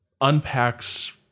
unpacks